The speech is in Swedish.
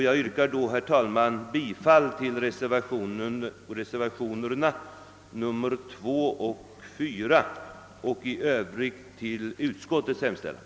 Jag yrkar alltså, herr talman, bifall till reservationerna 2 och 4 samt i övrigt till utskottets hemställan.